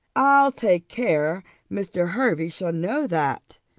i'll take care mr. hervey shall know that,